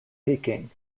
peaking